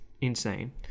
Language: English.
insane